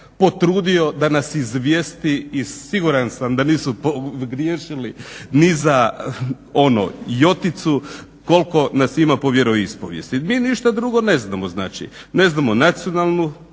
potrudio da nas izvijesti i siguran sam da nisu pogriješili niza ono joticu koliko nas ima po vjeroispovijesti. Mi ništa drugo ne znamo znači. Ne znamo nacionalnu